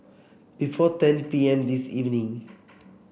before ten P M this evening